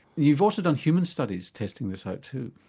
you've also done human studies testing this out too?